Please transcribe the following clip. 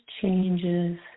changes